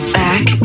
back